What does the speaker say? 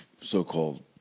so-called